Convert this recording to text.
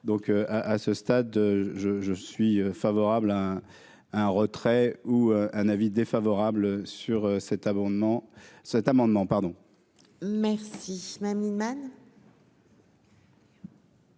donc, à ce stade, je, je suis favorable à un retrait ou un avis défavorable sur cet amendement, cet amendement